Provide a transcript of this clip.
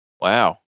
Wow